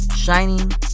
Shining